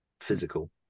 physical